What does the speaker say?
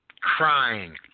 crying